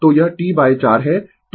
तो यह T 4 है